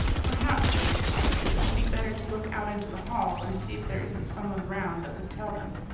perhaps, said his wife, it would be better to look out into the hall and see if there isn't someone round that would tell them.